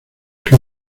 que